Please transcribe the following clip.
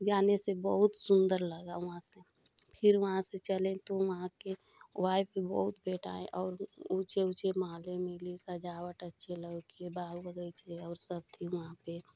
जाने से बहुत सुन्दर लगा वहाँ से फिर वहाँ चले तो वहाँ के वाइप भी बहुत भेंटाएँ और ऊँचे ऊँचे महालय मिले सजावट अच्छे लगे बाल बगीचे और सब थी वहाँ पर